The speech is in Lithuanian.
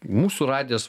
mūsų radijas